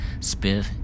Spiff